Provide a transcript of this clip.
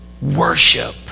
worship